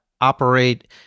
operate